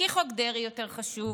כי חוק דרעי יותר חשוב,